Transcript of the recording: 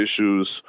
issues